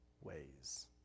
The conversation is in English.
ways